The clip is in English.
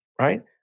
Right